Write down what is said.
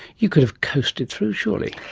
you could have coasted through, surely?